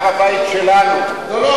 הר-הבית שלנו.